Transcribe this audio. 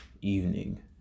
evening